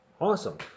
awesome